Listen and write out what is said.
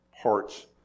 parts